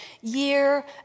year